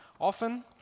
often